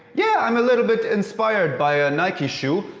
yeah. i'm a little bit inspired by a nike shoe.